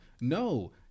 No